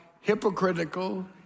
hypocritical